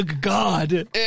God